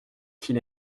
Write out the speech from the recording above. qu’il